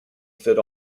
fit